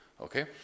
okay